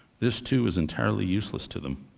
this too is entirely useless to them.